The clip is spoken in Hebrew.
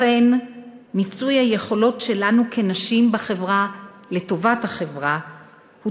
לכן מיצוי היכולות שלנו כנשים בחברה לטובת החברה הוא